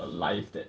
a life that